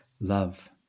love